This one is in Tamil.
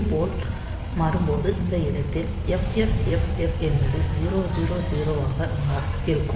இது போல் மாறும் போது இந்த இடத்தில் FFFF என்பது 0000 ஆக இருக்கும்